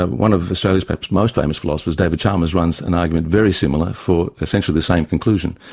um one of australia's perhaps most famous philosophers, david chalmers, runs an argument very similar for essentially the same conclusion.